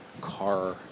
car